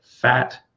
fat